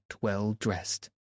well-dressed